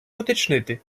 уточнити